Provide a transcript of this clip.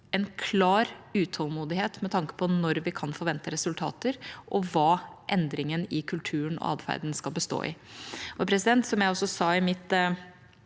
en klar utålmodighet med tanke på når vi kan forvente resultater, og hva endringen i kulturen og atferden skal bestå i. Som jeg også sa i mitt